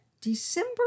December